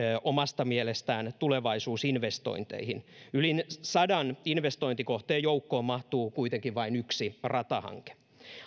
omasta mielestään tulevaisuusinvestointeihin yli sadan investointikohteen joukkoon mahtuu kuitenkin vain yksi ratahanke